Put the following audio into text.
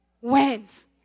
wins